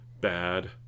bad